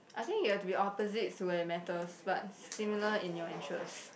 I think you have to be opposites to where it matters but similar in your interest